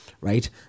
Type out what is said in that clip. right